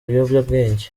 biyobyabwenge